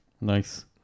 nice